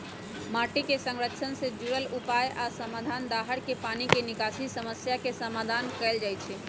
माटी के संरक्षण से जुरल उपाय आ समाधान, दाहर के पानी के निकासी समस्या के समाधान कएल जाइछइ